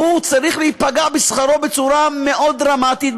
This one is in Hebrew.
הוא צריך להיפגע בשכרו בצורה מאוד דרמטית,